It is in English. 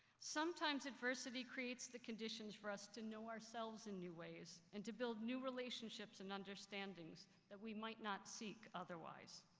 sometimes adversity creates the conditions for us to know ourselves in new ways, and to build new relationships and understandings that we might not seek otherwise.